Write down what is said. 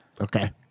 Okay